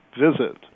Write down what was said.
visit